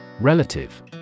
Relative